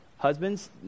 Husbands